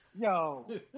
Yo